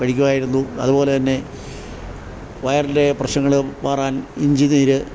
കഴിക്കുമായിരുന്നു അതുപോലെ തന്നെ വയറിലെ പ്രശ്നങ്ങൾ മാറാൻ ഇഞ്ചി നീര്